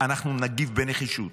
אנחנו נגיב בנחישות,